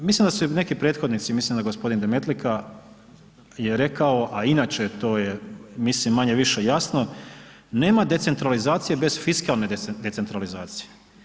Mislim da su neki prethodnici , misli da g. Demetlika je rekao a i inače to je mislim manje-više jasno, nema decentralizacije bez fiskalne decentralizacije.